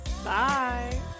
Bye